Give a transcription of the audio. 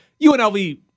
UNLV